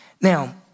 Now